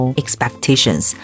expectations